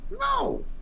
No